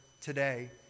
today